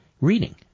reading